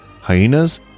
Hyenas